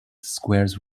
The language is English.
squares